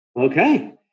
Okay